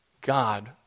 God